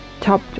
top